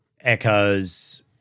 echoes –